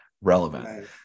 relevant